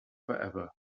forever